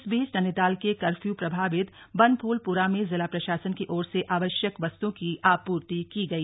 इस बीच नैनीताल के कर्फ्यू प्रभावित बनभूलप्रा में जिला प्रशासन की ओर आवश्यक वस्तुओं की आपूर्ति की गई